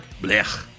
Blech